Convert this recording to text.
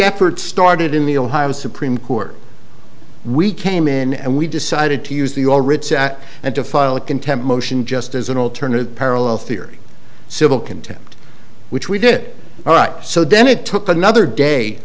effort started in the ohio supreme court we came in and we decided to use the all writs at and to file a contempt motion just as an alternative parallel theory civil contempt which we did all right so then it took another day